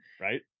right